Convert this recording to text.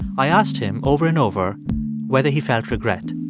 i asked him over and over whether he felt regret